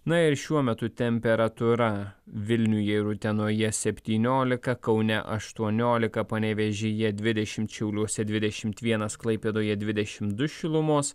na ir šiuo metu temperatūra vilniuje ir utenoje septyniolika kaune aštuoniolika panevėžyje dvidešimt šiauliuose dvidešimt vienas klaipėdoje dvidešimt du šilumos